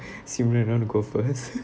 simeon you want to go first